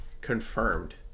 confirmed